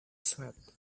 sweat